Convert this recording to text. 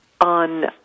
on